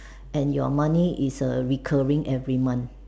and your money is err recurring every month